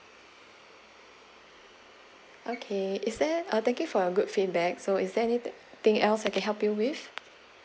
okay is there uh thank you for your good feedback so is there anything else I can help you with